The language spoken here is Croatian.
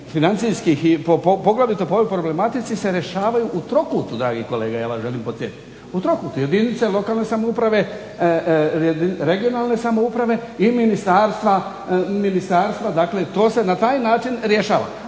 financijskih poglavito po ovoj problematici se rješavaju u trokutu dragi kolega ja vas želim podsjetiti, u trokutu. Jedinice lokalne samouprave, regionalne samouprave i ministarstva. Dakle, to se na taj rješava.